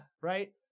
Right